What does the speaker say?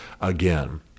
again